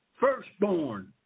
firstborn